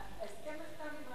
ההסכם נחתם,